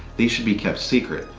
these should be kept secret.